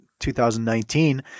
2019